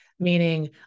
Meaning